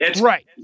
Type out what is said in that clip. Right